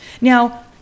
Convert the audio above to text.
Now